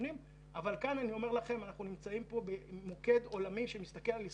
אבל כאן אני אומר לכם שאנחנו נמצאים פה במוקד עולמי שמתסכל על ישראל.